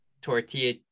tortilla